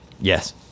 Yes